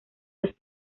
dos